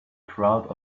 crowd